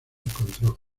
encontró